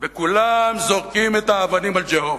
וכולם זורקים את האבנים על Jehova.